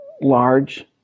large